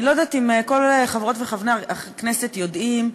אני לא יודעת אם כל חברות וחברי הכנסת יודעים.